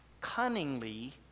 cunningly